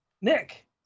Nick